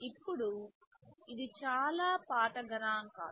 ఇప్పుడు ఇది చాలా పాత గణాంకాలు